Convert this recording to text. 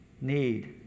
Need